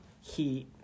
heat